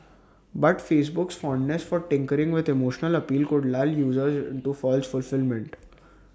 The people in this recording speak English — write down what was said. but Facebook's fondness for tinkering with emotional appeal could lull users into false fulfilment